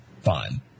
fine